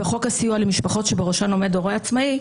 בחוק הסיוע למשפחות שבראשון עומד הורה עצמאי,